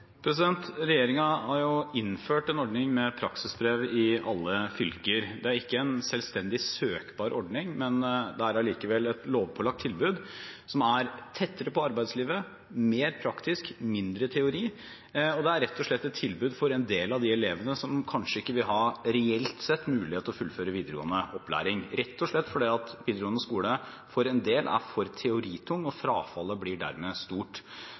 har innført en ordning med praksisbrev i alle fylker. Det er ikke en selvstendig søkbar ordning, men det er likevel et lovpålagt tilbud som er tettere på arbeidslivet, mer praktisk, mindre teori. Det er rett og slett et tilbud for en del av de elevene som kanskje ikke vil ha – reelt sett – mulighet til å fullføre videregående opplæring, rett og slett fordi videregående skole for en del er for teoritung, og at frafallet dermed blir stort.